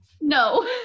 No